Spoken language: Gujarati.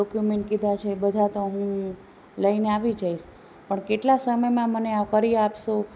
ડોકયુમેંટ કીધા છે એ બધા તો હું લઈને આવી જઈશ પણ કેટલા સમયમાં મને આ કરી આપશો